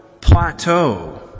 plateau